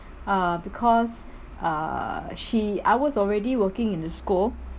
uh because uh she I was already working in the school